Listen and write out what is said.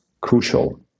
crucial